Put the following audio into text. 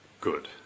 good